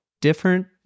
different